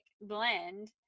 blend